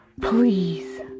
please